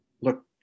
look